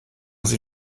sie